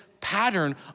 pattern